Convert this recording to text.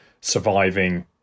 surviving